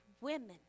women